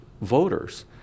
voters